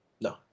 no